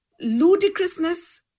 ludicrousness